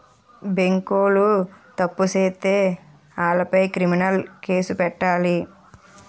బేంకోలు తప్పు సేత్తే ఆలపై క్రిమినలు కేసులు పెట్టాలి